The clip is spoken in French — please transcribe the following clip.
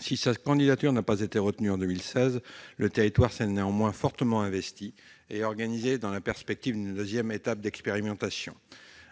Si sa candidature n'a pas été retenue en 2016, le territoire s'est néanmoins fortement investi et organisé dans la perspective d'une deuxième étape d'expérimentation.